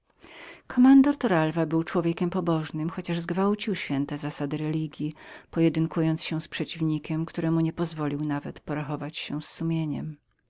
cierpień kommandor toralwa był to człowiek pobożny chociaż zgwałcił święte zasady religji pojedynkując się z przeciwnikiem któremu nie pozwolił nawet porachować się z sumieniem